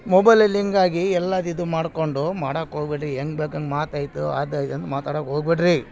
ಮೊಬೈಲಲ್ಲಿ ಹಿಂಗಾಗಿ ಎಲ್ಲಾದು ಇದು ಮಾಡ್ಕೊಂಡು ಮಾಡೋಕ್ ಹೋಗಬೇಡಿ ಹೆಂಗ್ ಬೇಕೋ ಹಂಗೆ ಮಾತಾಯಿತು ಅದು ಐತಿ ಹಂಗ್ ಮಾತಾಡೋಕ್ ಹೋಗಬೇಡ್ರಿ